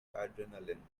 adrenaline